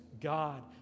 God